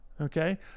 okay